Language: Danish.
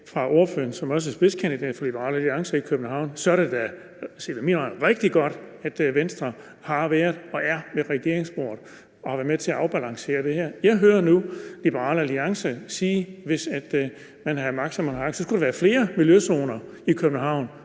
fra ordføreren, som også er spidskandidat for Liberal Alliance i København, er det da set med mine øjne rigtig godt, at Venstre har været og er ved regeringsbordet og har været med til at afbalancere det her. Jeg hører nu Liberal Alliance sige, at hvis man havde magt, som man har agt, skulle der være flere miljøzoner i København.